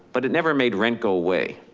but it never made rent go away,